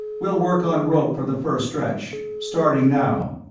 we'll work on rope from the first stretch. starting now.